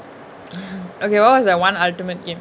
okay what is that one ultimate game